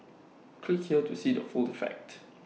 click here to see the full effect